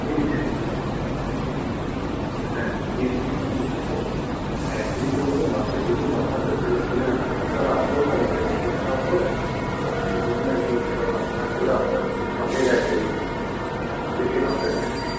recent হ্যাঁ তিন দিন নিয়েছেন তো অ্যাকচুয়েলি কী বলুন তো মাসে প্রতি মাসে মাসে তো তেলের তেলের দাম আপ ডাউন হয় মানে ওঠা নামা করে আপনি তো দুদিন আগে নিয়েছিলেন কারণ আজ হলো আপনার মাসের এক তারিখ আজকে থেকে দামটা বেড়েছে মেনলি